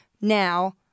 now